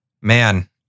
man